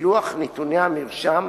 לפילוח נתוני המרשם,